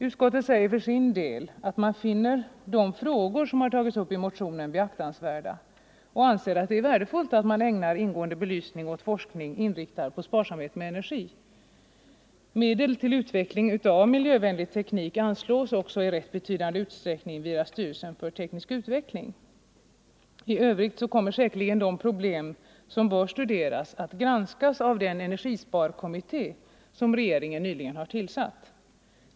Utskottet säger för sin del att man finner de frågor som har tagits upp i motionen beaktansvärda och anser att det är värdefullt att man ägnar ingående belysning åt forskning inriktad på sparsamhet med energi. Medel till utveckling av miljövänlig teknik anslås också i rätt betydande utsträckning via styrelsen för teknisk utveckling. I övrigt kommer säkerligen de problem som bör studeras att granskas av den energisparkommitté som regeringen nyligen har tillsatt.